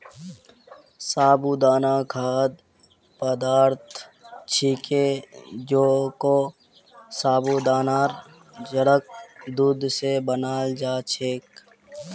साबूदाना खाद्य पदार्थ छिके जेको साबूदानार जड़क दूध स बनाल जा छेक